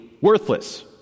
worthless